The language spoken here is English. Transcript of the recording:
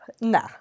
Nah